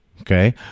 Okay